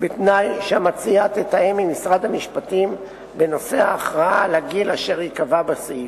בתנאי שהמציעה תתאם עם משרד המשפטים את ההכרעה על הגיל אשר ייקבע בסעיף.